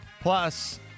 plus